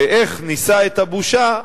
ואיך נישא את הבושה,